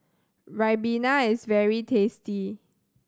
Ribena is very tasty